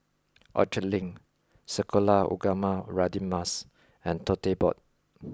Orchard Link Sekolah Ugama Radin Mas and Tote Board